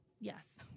Yes